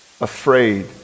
afraid